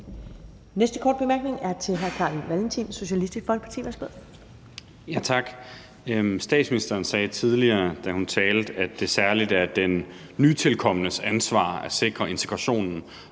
næste korte bemærkning er til hr. Carl Valentin, Socialistisk Folkeparti. Værsgo. Kl. 11:07 Carl Valentin (SF): Tak. Statsministeren sagde tidligere, at det særlig er den nytilkomnes ansvar at sikre integrationen,